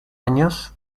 años